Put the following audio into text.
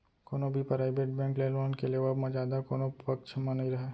कोनो भी private bank ले लोन के लेवब म जादा कोनो पक्छ म नइ राहय